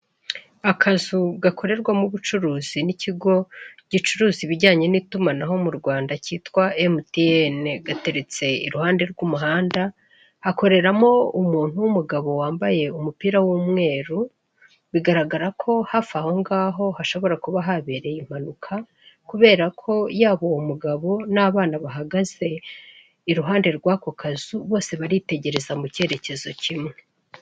Akazu gakorerwamo ubucuruzi n'ikigo gicuruza ibijyanye n'itumanaho mu Rwanda cyitwa MTN gateretse iruhande rw'umuhanda, hakoreramo umuntu w'umugabo wambaye umupira w'umweru, bigaragara ko hafi aho ngaho hashobora kuba habereye impanuka, kubera ko yaba uwo mugabo n'abana bahagaze iruhande rw'ako kazu bose baritegereza mu cyerekezo kimwe.